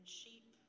sheep